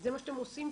זה מה שאתם עושים.